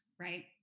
right